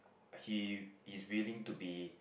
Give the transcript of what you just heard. he is willing to be